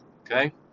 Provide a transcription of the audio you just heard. okay